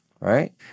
right